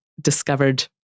discovered